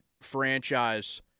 franchise